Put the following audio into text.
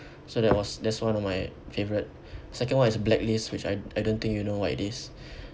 so that was that's one of my favourite second one is blacklist which I I don't think you know what it is